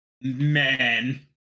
man